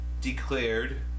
declared